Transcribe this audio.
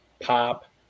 pop